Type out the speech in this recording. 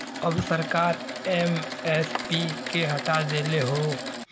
अब सरकार एम.एस.पी के हटा देले हौ